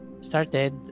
started